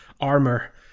armor